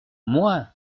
moi